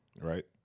right